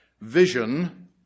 vision